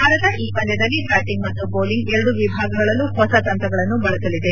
ಭಾರತ ಈ ಪಂದ್ಯದಲ್ಲಿ ಬ್ಯಾಟಿಂಗ್ ಮತ್ತು ಬೌಲಿಂಗ್ ಎರಡೂ ವಿಭಾಗಗಳಲ್ಲೂ ಹೊಸ ತಂತ್ರಗಳನ್ನು ಬಳಸಲಿದೆ